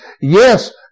Yes